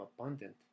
abundant